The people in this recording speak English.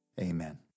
Amen